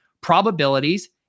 probabilities